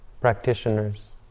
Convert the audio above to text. practitioners